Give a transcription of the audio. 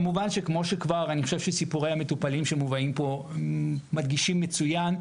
כמובן שכמו שכבר סיפורי המטופלים שמובאים פה מדגישים מצוין,